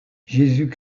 jésus